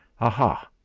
aha